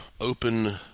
open